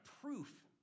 proof